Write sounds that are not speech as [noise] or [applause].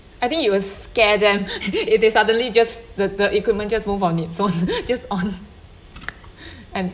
I think it will scare them [laughs] if they suddenly just the the equipment just move on it's on just on and